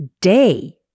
day